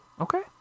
Okay